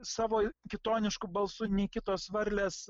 savo kitonišku balsu nei kitos varlės